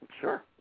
Sure